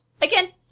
Again